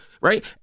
right